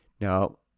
Now